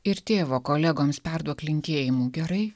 ir tėvo kolegoms perduok linkėjimų gerai